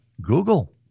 Google